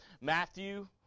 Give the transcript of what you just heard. Matthew